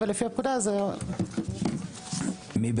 שתישלח